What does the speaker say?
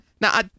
Now